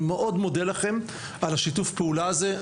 אני מאוד מודה לכם על שיתוף הפעולה הזה,